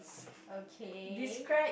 okay